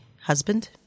husband